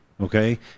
okay